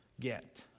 get